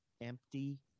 empty